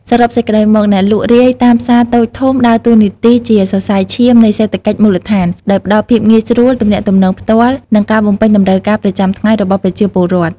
សរុបសេចក្តីមក អ្នកលក់រាយតាមផ្សារតូចធំដើរតួនាទីជាសរសៃឈាមនៃសេដ្ឋកិច្ចមូលដ្ឋាន ដោយផ្តល់ភាពងាយស្រួល ទំនាក់ទំនងផ្ទាល់ និងការបំពេញតម្រូវការប្រចាំថ្ងៃរបស់ប្រជាពលរដ្ឋ។